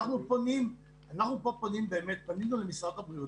אנחנו פנינו למשרד הבריאות,